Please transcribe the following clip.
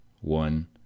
one